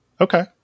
okay